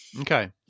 Okay